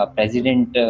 President